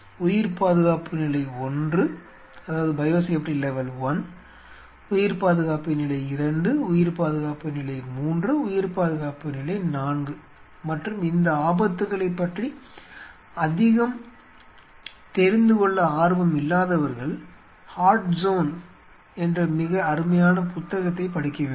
உயிர் பாதுகாப்பு நிலை 1 உயிர் பாதுகாப்பு நிலை 2 உயிர் பாதுகாப்பு நிலை 3 உயிர் பாதுகாப்பு நிலை 4 மற்றும் இந்த ஆபத்துக்களைப் பற்றி அதிகம் தெரிந்துகொள்ள ஆர்வமில்லாதவர்கள் ஹாட் ஸோன் என்ற மிக அருமையான புத்தகத்தைப் படிக்க வேண்டும்